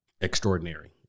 extraordinary